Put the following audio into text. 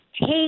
take